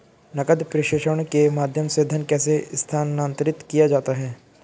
नकद प्रेषण के माध्यम से धन कैसे स्थानांतरित किया जाता है?